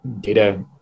data